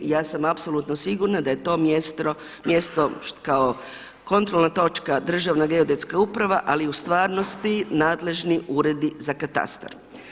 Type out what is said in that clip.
Ja sam apsolutno sigurno da je to mjesto kao kontrolna točka Državna geodetska uprava, ali u stvarnosti nadležni uredi za katastar.